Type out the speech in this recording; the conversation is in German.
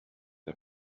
der